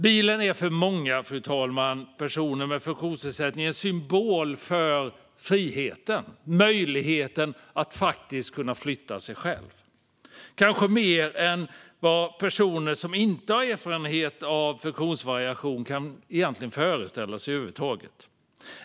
Bilen är för många personer med funktionsnedsättning en symbol för friheten, för möjligheten att förflytta sig själv - kanske mer än vad personer som inte har erfarenhet av funktionsvariation över huvud taget kan föreställa sig.